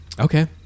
Okay